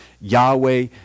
Yahweh